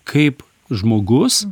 kaip žmogus